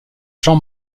jean